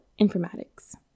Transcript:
informatics